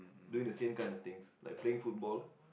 doing the same kind of things like playing football